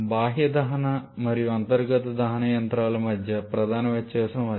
బాహ్య దహన మరియు అంతర్గత దహన యంత్రాల మధ్య ప్రధాన వ్యత్యాసం అది